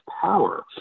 power